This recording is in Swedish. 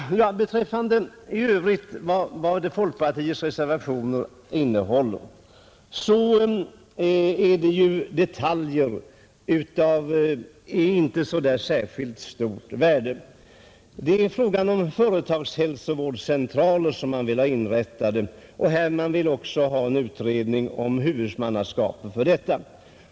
Innehållet i folkpartiets reservationer i övrigt är detaljer som inte har särskilt stort värde. Folkpartiets representanter vill ha företagshälsovårdscentraler inrättade och de vill också ha en utredning om huvudmannaskapet för dessa.